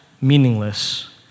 meaningless